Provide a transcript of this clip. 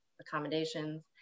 accommodations